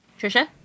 Trisha